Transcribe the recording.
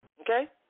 Okay